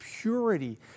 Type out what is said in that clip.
purity